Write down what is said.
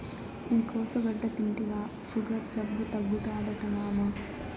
ఈ కోసుగడ్డ తింటివా సుగర్ జబ్బు తగ్గుతాదట మామా